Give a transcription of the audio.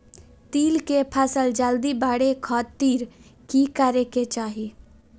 तिल के फसल जल्दी बड़े खातिर की करे के चाही?